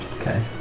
Okay